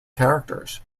characters